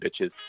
bitches